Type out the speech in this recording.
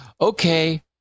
Okay